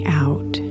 out